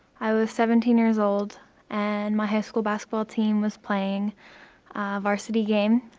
i was seventeen years old and my high school basketball team was playing a varsity game.